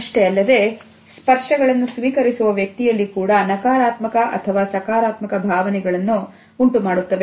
ಅಷ್ಟೇ ಅಲ್ಲದೆ ವರ್ಷಗಳನ್ನು ಸ್ವೀಕರಿಸುವ ವ್ಯಕ್ತಿಯಲ್ಲಿ ಕೂಡ ನಕಾರಾತ್ಮಕ ಅಥವಾ ಸಕಾರಾತ್ಮಕ ಭಾವನೆಗಳನ್ನು ಉಂಟುಮಾಡುತ್ತವೆ